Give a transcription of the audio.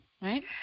right